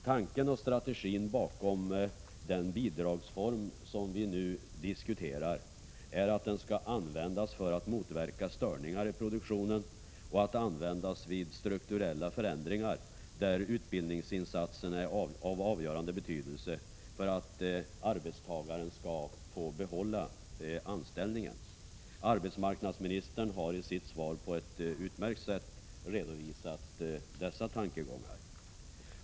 Tanken och strategin bakom den bidragsform som vi nu diskuterar är att den skall användas för att motverka störningar i produktionen och att användas vid strukturella förändringar där utbildningsinsatsen är av avgörande betydelse för att arbetstagaren skall få behålla anställningen. Arbetsmarknadsministern har i sitt svar på ett utmärkt sätt redovisat dessa tankegångar.